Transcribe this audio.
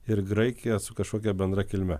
ir graikiją su kažkokia bendra kilme